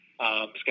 Scott